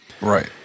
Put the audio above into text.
Right